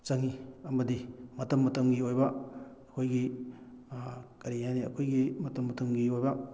ꯆꯪꯉꯤ ꯑꯃꯗꯤ ꯃꯇꯝ ꯃꯇꯝꯒꯤ ꯑꯣꯏꯕ ꯑꯩꯈꯣꯏꯒꯤ ꯀꯔꯤ ꯍꯥꯏꯅꯤ ꯑꯩꯈꯣꯏꯒꯤ ꯃꯇꯝ ꯃꯇꯝꯒꯤ ꯑꯣꯏꯕ